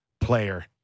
player